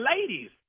ladies